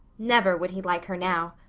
never would he like her now.